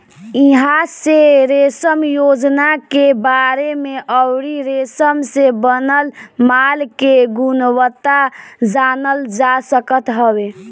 इहां से रेशम योजना के बारे में अउरी रेशम से बनल माल के गुणवत्ता जानल जा सकत हवे